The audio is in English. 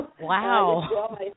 Wow